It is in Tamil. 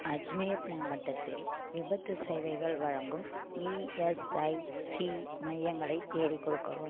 அஜ்மீர் மாவட்டத்தில் விபத்து சேவைகள் வழங்கும் இஎஸ்ஐசி மையங்களைத் தேடிக் கொடுக்கவும்